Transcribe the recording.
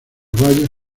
valles